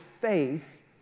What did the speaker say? faith